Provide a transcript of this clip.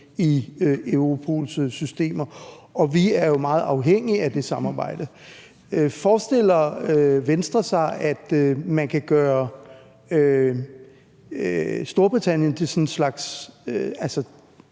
i Europols systemer, og vi er jo meget afhængige af det samarbejde. Forestiller Venstre sig, at man kan gøre Storbritannien til sådan en slags